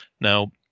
Now